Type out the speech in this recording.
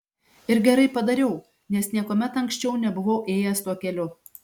ir gerai padariau nes niekuomet anksčiau nebuvau ėjęs tuo keliu